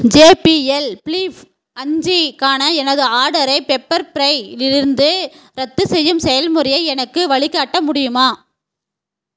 JBL flip அஞ்சுக்கான எனது ஆர்டரை பெப்பர் ஃப்ரையிலிருந்து ரத்து செய்யும் செயல்முறையை எனக்கு வழிகாட்ட முடியுமா